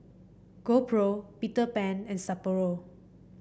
GoPro Peter Pan and Sapporo